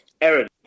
Aaron